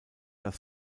das